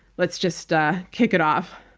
let's just ah kick it off.